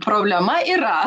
problema yra